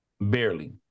barely